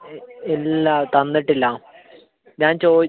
ഏയ് ഇല്ല തന്നിട്ടില്ല ഞാൻ ചോദിച്ചു